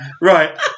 Right